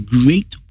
great